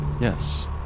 Yes